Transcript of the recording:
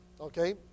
okay